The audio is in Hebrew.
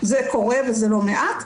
זה קורה וזה לא מעט.